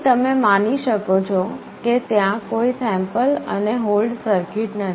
અહીં તમે માની શકો છો કે ત્યાં કોઈ સેમ્પલ અને હોલ્ડ સર્કિટ નથી